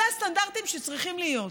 אלה הסטנדרטים שצריכים להיות,